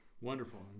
Wonderful